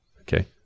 Okay